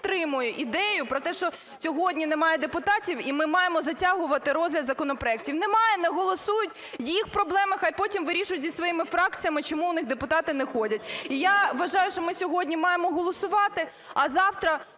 підтримую ідею про те, що сьогодні немає депутатів, і ми маємо затягувати розгляд законопроектів. Немає, не голосують – їх проблеми, хай потім вирішують зі своїми фракціями, чому у них депутати не ходять. І я вважаю, що ми сьогодні маємо голосувати. А завтра